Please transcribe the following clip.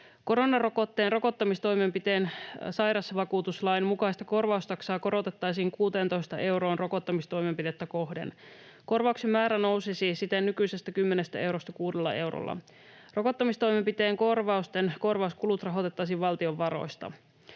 Koronarokotteen rokottamistoimenpiteen sairausvakuutuslain mukaista korvaustaksaa korotettaisiin 16 euroon rokottamistoimenpidettä kohden. Korvauksen määrä nousisi siten nykyisestä 10 eurosta 6 eurolla. Rokottamistoimenpiteen korvausten korvauskulut rahoitettaisiin valtion varoista.